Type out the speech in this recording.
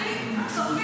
--- סופית